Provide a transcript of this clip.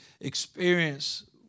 experience